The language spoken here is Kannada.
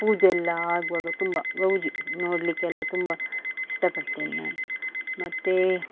ಪೂಜೆಯೆಲ್ಲ ಆಗುವಾಗ ತುಂಬ ಗೌಜು ನೋಡಲಿಕ್ಕೆಲ್ಲ ತುಂಬ ಇಷ್ಟಪಡ್ತೀನಿ ನಾನು ಮತ್ತು